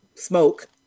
smoke